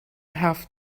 have